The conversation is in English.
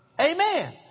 Amen